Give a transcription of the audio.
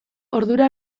ordura